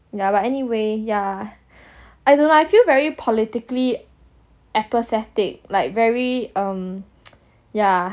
yeah but anyway yeah I don't know I feel very politically apathetic like very um yeah